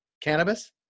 cannabis